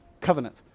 covenant